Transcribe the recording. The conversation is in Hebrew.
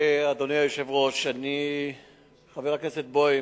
אדוני היושב-ראש, חבר הכנסת בוים,